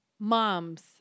mom's